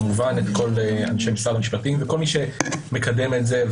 כל אנשי משרד המשפטים וכל מי שמקדם את זה,